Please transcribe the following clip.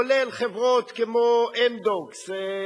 כולל חברות כמו "אמדוקס",